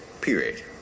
Period